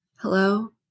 Hello